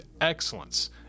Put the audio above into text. excellence